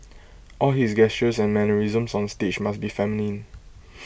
all his gestures and mannerisms on stage must be feminine